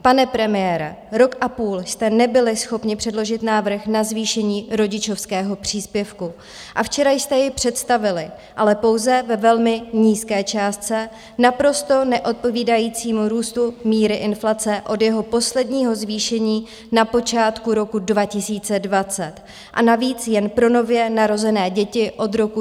Pane premiére, rok a půl jste nebyli schopni předložit návrh na zvýšení rodičovského příspěvku a včera jste jej představili, ale pouze ve velmi nízké částce, naprosto neodpovídající růstu míry inflace od jeho posledního zvýšení na počátku roku 2020, a navíc jen pro nově narozené děti od roku 2024.